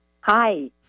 Hi